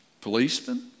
policemen